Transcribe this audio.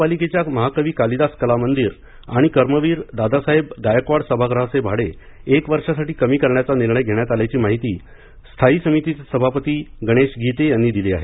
महापालिकेच्या महाकवी कालिदास कला मंदिर आणि कर्मवीर दादासाहेब गायकवाड सभागृहाचे भाडे एक वर्षासाठी कमी करण्याचा निर्णय घेण्यात आल्याची माहिती स्थायी समितीचे सभापती गणेश गीते यानी दिली आहे